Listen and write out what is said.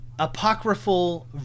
apocryphal